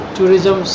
Tourism